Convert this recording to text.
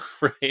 right